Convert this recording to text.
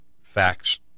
facts